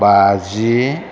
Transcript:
बाजि